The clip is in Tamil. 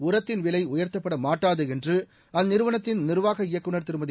உரத்தின் விலை உயர்த்தப்படமாட்டாது என்று அந்நிறுவனத்தின் நிர்வாக இயக்குநர் திருமதி